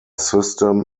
system